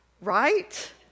right